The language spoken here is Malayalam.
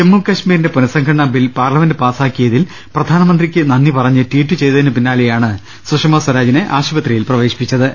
ജമ്മു കശ്മീരിന്റെ പുനഃസംഘടനാ ബിൽ പാർലമെന്റ് പാസ്സാക്കിയതിൽ പ്രധാനമന്ത്രിക്ക് നന്ദി പറഞ്ഞ് ട്വീറ്റ് ചെയ്തതിനു പിന്നാലെയാണ് സുഷമസ്വരാജിനെ ആശുപത്രി യിൽ പ്രവേശിപ്പിച്ചത്